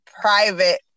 private